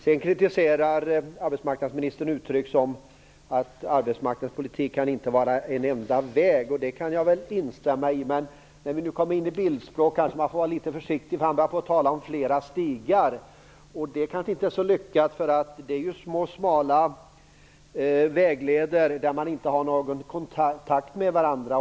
Arbetsmarknadsministern kritiserar uttryck och säger att arbetsmarknadspolitik inte kan vara "en enda väg". Det kan jag väl instämma i. Men man får vara litet försiktig när man kommer in på bildspråk. Arbetsmarknadsministern började tala om "flera stigar", och det är kanske inte så lyckat. En stig är ju en liten smal vägled där man inte har någon kontakt med andra.